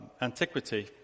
antiquity